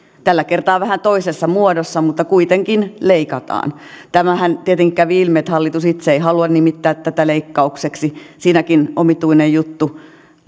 tällä kertaa vähän toisessa muodossa mutta kuitenkin leikataan tämähän tietenkin kävi ilmi että hallitus itse ei halua nimittää tätä leikkaukseksi siinäkin omituinen juttu